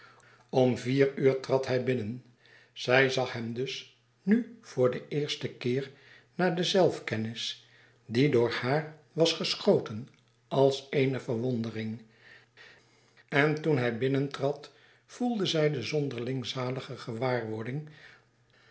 om vier uur trad hij binnen zij zag hem dus nu voor den eersten keer na de zelfkennis die door haar was geschoten als eene verwondering en toen hij binnentrad voelde zij de zonderling zalige gewaarwording